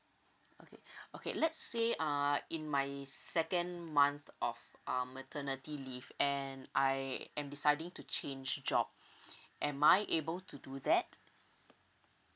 okay okay let's say uh in my second month of um maternity leave and I am deciding to change job am I able to do that